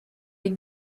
les